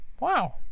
Wow